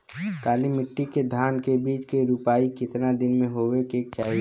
काली मिट्टी के धान के बिज के रूपाई कितना दिन मे होवे के चाही?